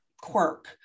quirk